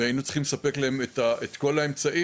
היינו צריכים לספק להם את כל האמצעים,